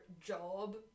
job